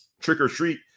trick-or-treat